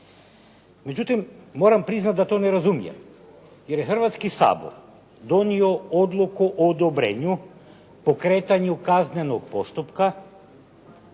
Međutim, moram priznat da to ne razumijem jer je Hrvatski sabor donio odluku o odobrenju pokretanju kaznenog postupka